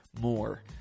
more